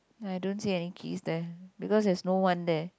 I don't see any keys there because there's no one there